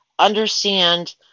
understand